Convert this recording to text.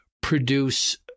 produce